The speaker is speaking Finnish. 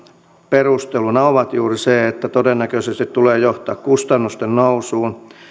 perusteluina ovat juuri että todennäköisesti tämä tulee johtamaan kustannusten nousuun